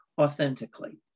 authentically